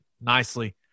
nicely